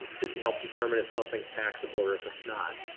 to help determine if something's taxable or if it's not.